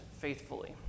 faithfully